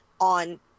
on